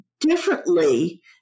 differently